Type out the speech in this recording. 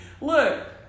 Look